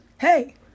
Hey